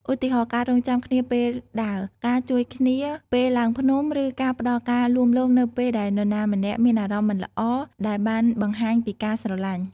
ឧទាហរណ៍ ការរង់ចាំគ្នាពេលដើរ ការជួយគ្នាពេលឡើងភ្នំ ឬការផ្តល់ការលួងលោមនៅពេលដែលនរណាម្នាក់មានអារម្មណ៍មិនល្អ ដែលបានបង្ហាញពីការស្រលាញ់។